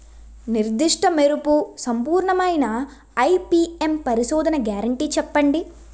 నిర్దిష్ట మెరుపు సంపూర్ణమైన ఐ.పీ.ఎం పరిశోధన గ్యారంటీ చెప్పండి?